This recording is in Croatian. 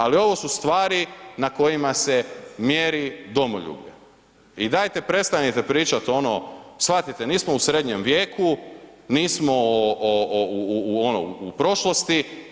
Ali ovo su stvari na kojima se mjeri domoljublje i dajte prestanite pričat ono, shvatite nismo u srednjem vijeku, nismo ono u prošlosti.